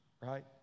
right